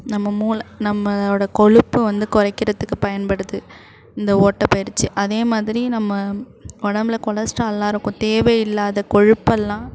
நம்ம மூளை நம்மளோடய கொழுப்பு வந்து குறைக்கிறதுக்கு பயன்படுது இந்த ஓட்ட பயிற்சி அதே மாதிரி நம்ம உடம்புல கொலஸ்ட்ரால்லாம் இருக்கும் தேவையில்லாத கொழுப்பெல்லாம்